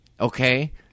Okay